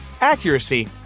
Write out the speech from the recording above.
accuracy